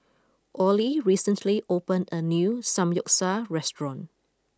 Ollie recently opened a new Samgeyopsal restaurant